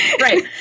Right